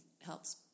helps